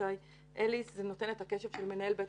אבישי אליס זה נותן את הקשב של מנהל בית